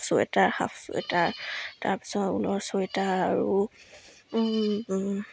sweater half sweater তাৰপিছত ঊলৰ sweater আৰু